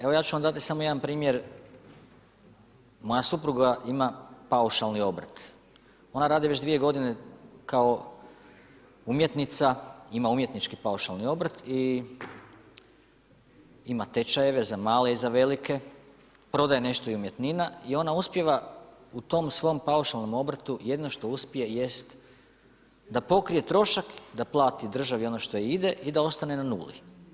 Evo ja ću vam dati samo jedan primjer, moja supruga ima paušalni obrt, ona radi već dvije godine kao umjetnica, ima umjetnički paušalni obrt i ima tečajeve za male i za velike, prodaje nešto umjetnina i ona uspijeva u tom svom paušalnom obrtu jedino što uspije jest da pokrije trošak, da plati državi ono što ide i da ostane na nuli.